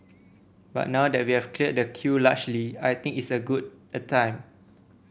but now that we've cleared the queue largely I think it's a good a time